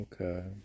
Okay